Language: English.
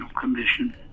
commission